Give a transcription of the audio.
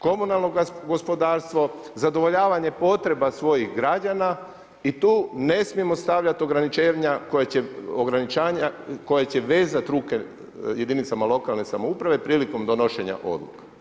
Komunalno gospodarstvo, zadovoljavanje potreba svojih građana i tu ne smijemo stavljati ograničenja koje će vezati ruke jedinicama lokalne samouprave prilikom donošenja odluka.